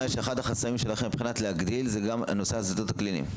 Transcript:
שאחד החסמים שלכם להגדלה זה גם נושא השדות הקליניים.